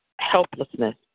helplessness